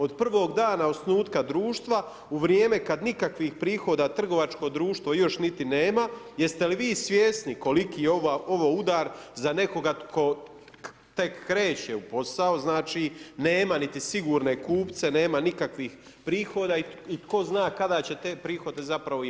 Od prvog dana osnutka društva u vrijeme kada nikakvih prihoda trgovačko društvo još niti nema, jeste li vi svjesni koliki je ovo udar za nekoga tko tek kreće u posao, znači nema niti sigurne kupce, nema nikakvih prihoda i tko zna kada će te prihode zapravo imati?